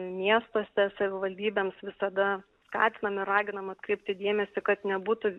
miestuose savivaldybėms visada skatinam ir raginam atkreipti dėmesį kad nebūtų